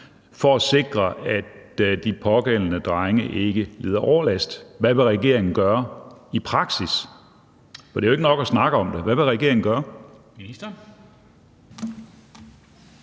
for at sikre, at de pågældende drenge ikke lider overlast? Hvad vil regeringen gøre i praksis? For det er jo ikke nok at snakke om det. Hvad vil regeringen gøre?